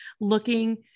looking